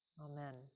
Amen